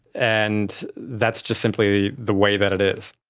and that's just simply the way that it is.